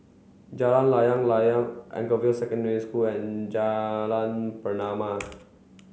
Jalan Layang Layang Anchorvale Secondary School and Jalan Pernama